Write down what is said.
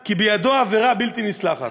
כי בידו עבירה בלתי נסלחת: